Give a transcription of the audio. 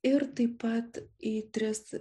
ir taip pat į tris